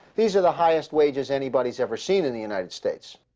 these are the highest wages anybody has ever seen in the united states.